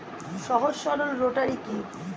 সহজ সরল রোটারি কি?